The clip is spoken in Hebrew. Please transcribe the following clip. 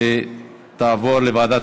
ותעבור לוועדת